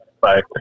Bye